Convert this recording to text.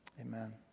Amen